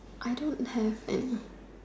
I don't have it